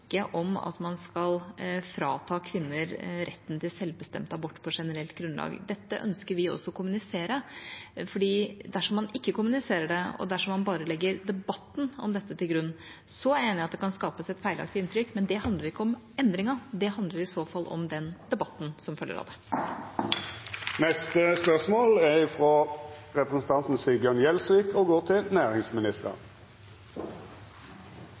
om at man skal frata kvinner retten til selvbestemt abort på generelt grunnlag. Dette ønsker vi å kommunisere, for dersom man ikke kommuniserer det, og dersom man bare legger debatten om dette til grunn, er jeg enig i at det kan skapes et feilaktig inntrykk. Men det handler ikke om endringen. Det handler i så fall om den debatten som følger av den. «15. februar i år sendte Norge, sammen med Island og Liechtenstein, et brev til